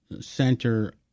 center